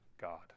God